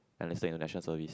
enlisted into National Service